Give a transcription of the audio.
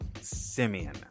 Simeon